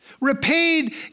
repaid